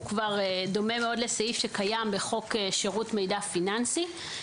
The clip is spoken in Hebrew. הוא דומה מאוד לסעיף שקיים בחוק שירות מידע פיננסי.